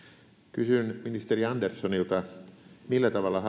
kysyn ministeri anderssonilta millä tavalla